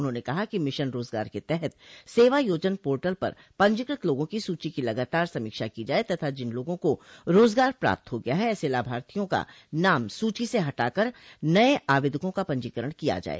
उन्होंने कहा कि मिशन रोजगार के तहत सेवायोजन पोर्टल पर पंजीकृत लोगों की सूची की लगातार समीक्षा की जाये तथा जिन लोगों को रोजगार प्राप्त हो गया है ऐसे लाभार्थियों का नाम सूची से हटाकर नये आवेदकों का पंजीकरण किया जाये